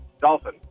Dolphin